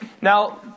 Now